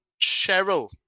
Cheryl